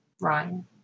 Ryan